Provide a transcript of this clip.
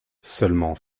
seulement